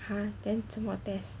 !huh! then 这么 test